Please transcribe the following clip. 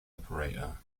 operator